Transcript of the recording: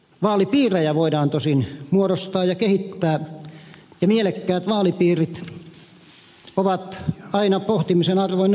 vaalipiirejä voidaan tosin muodostaa ja kehittää ja mielekkäät vaalipiirit ovat aina pohtimisen arvoinen asia